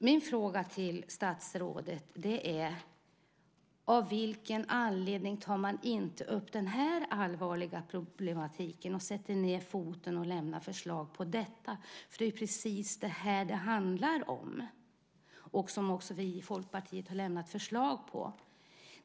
Min fråga till statsrådet är: Av vilken anledning tar man inte upp den här allvarliga problematiken och sätter ned foten och lämnar förslag på detta? Det är ju precis detta som det handlar om och som också vi i Folkpartiet har lämnat förslag på.